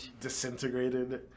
disintegrated